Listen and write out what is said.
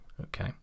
Okay